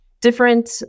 Different